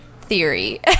theory